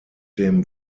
dem